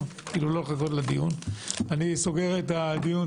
אני נועל את הדיון.